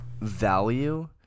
value